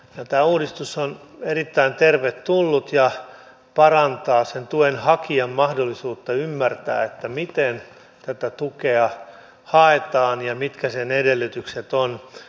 tämä uudistus on erittäin tervetullut ja parantaa sen tuen hakijan mahdollisuutta ymmärtää miten tätä tukea haetaan ja mitkä sen edellytykset ovat